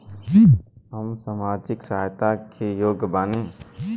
हम सामाजिक सहायता के योग्य बानी?